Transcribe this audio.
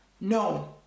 no